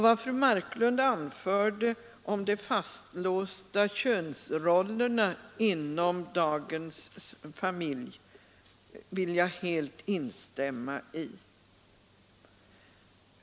Vad fru Marklund anförde om de fastlåsta könsrollerna inom dagens familj vill jag helt instämma i.